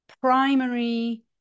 primary